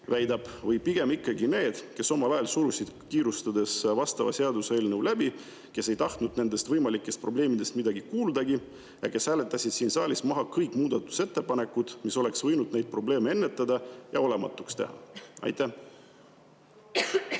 väidab, või pigem ikkagi need, kes omal ajal surusid seaduseelnõu kiirustades läbi, kes ei tahtnud võimalikest probleemidest midagi kuulda ja hääletasid siin saalis maha kõik muudatusettepanekud, mis oleks võinud neid probleeme ennetada ja olematuks teha? Proua